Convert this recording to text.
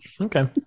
okay